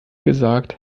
gesagt